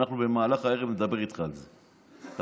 במהלך הערב נדבר איתך על זה,